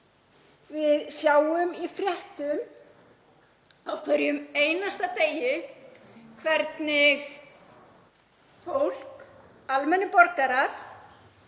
Við sjáum í fréttum á hverjum einasta degi hvernig fólk, almennir borgarar,